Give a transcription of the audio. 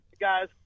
guys